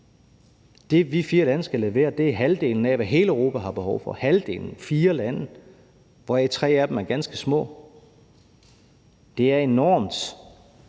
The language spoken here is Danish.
Det, vi fire lande skal levere, er halvdelen af, hvad hele Europa har behov for – halvdelen – fire lande, hvoraf de tre er ganske små. Det er enormt